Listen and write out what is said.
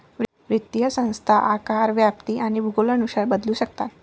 वित्तीय संस्था आकार, व्याप्ती आणि भूगोलानुसार बदलू शकतात